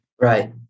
Right